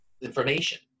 information